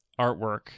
artwork